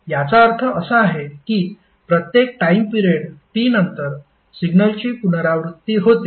याचा अर्थ असा आहे की प्रत्येक टाइम पिरेड T नंतर सिग्नलची पुनरावृत्ती होते